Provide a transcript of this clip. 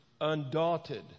undaunted